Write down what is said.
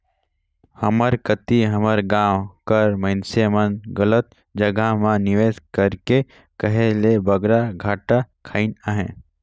हमर कती हमर गाँव कर मइनसे मन गलत जगहा म निवेस करके कहे ले बगरा घाटा खइन अहें